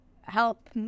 help